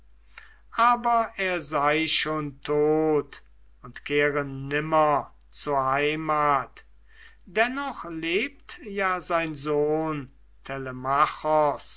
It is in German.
aber er sei schon tot und kehre nimmer zur heimat dennoch lebt ja sein sohn